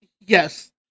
Yes